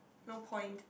no point